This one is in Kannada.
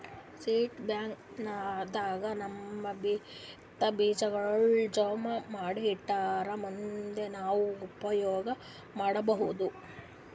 ಸೀಡ್ ಬ್ಯಾಂಕ್ ದಾಗ್ ನಾವ್ ಬಿತ್ತಾ ಬೀಜಾಗೋಳ್ ಜಮಾ ಮಾಡಿ ಇಟ್ಟರ್ ಮುಂದ್ ನಾವ್ ಉಪಯೋಗ್ ಮಾಡ್ಕೊಬಹುದ್